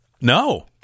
No